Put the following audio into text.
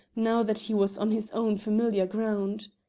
now that he was on his own familiar ground.